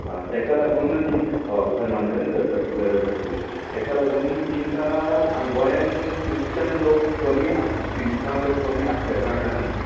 आ तेका लागून तें धर्मांतरण करपाची गरज आसली तेका लागून तिंका गोंयांत क्रिश्चन लोक कमी किरीस्तंव लोक कमी आसले कारणान